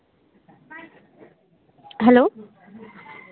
hello